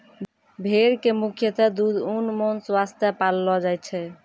भेड़ कॅ मुख्यतः दूध, ऊन, मांस वास्तॅ पाललो जाय छै